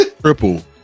Triple